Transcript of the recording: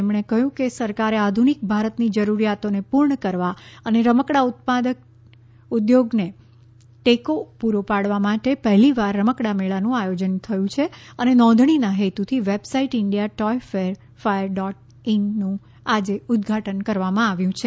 તેમણે કહ્યું કે સરકારે આધુનિક ભારતની જરૂરીયાતોને પૂર્ણ કરવા અને રમકડાં ઉત્પાદક ઉદ્યોગને ટેકો પૂરો પાડવા માટે પહેલીવાર રમકડાં મેળાનું આયોજન થયું છે અને નોધણીના હેતુથી વેબસાઇટ ઇન્જિયા ટોથ ફેર ફાથર ડોટ ઈનનું આજે ઉદ્વાટન કરવામાં આવ્યું છે